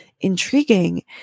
intriguing